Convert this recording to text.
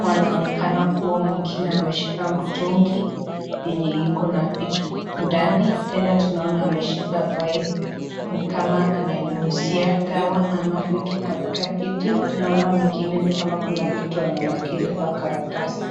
Wanaonekana kuwa, mwingine ameshika mtungi yenye iko na vitu ndani, tena tunaona ameshika paipu ni kama ananyunyizia dawa ama vitu katika kiti, tunaona mwingine ni kama kuna kitu ananakili kwa karatasi.